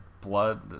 blood